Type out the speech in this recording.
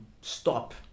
stop